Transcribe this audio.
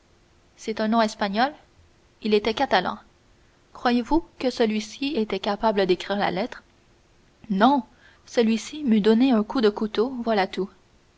c'est un nom espagnol il était catalan croyez-vous que celui-ci était capable d'écrire la lettre non celui-ci m'eût donné un coup de couteau voilà tout